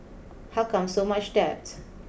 how come so much debt